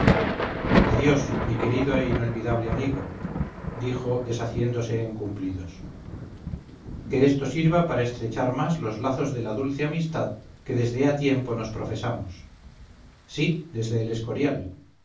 adiós mi querido e inolvidable amigo dijo deshaciéndose en cumplidos que esto sirva para estrechar más los lazos de la dulce amistad que desde ha tiempo nos profesamos sí desde el escorial